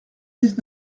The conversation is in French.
dix